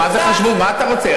מה זה חשבו, מה אתה רוצה?